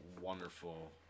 wonderful